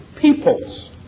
peoples